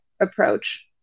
approach